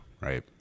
right